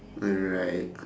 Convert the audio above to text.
alright